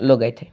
ଲଗାଇ ଥାଏ